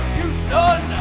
Houston